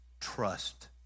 trust